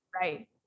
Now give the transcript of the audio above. Right